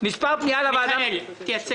הזה.